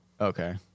Okay